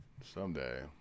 someday